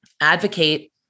advocate